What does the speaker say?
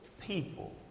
people